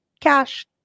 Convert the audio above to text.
cash